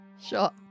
Sure